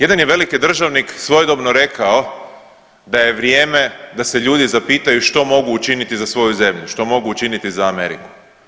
Jedan je veliki državnik svojedobno rekao da je vrijeme da se ljudi zapitaju što mogu učiniti za svoju zemlju, što mogu učiniti za Ameriku.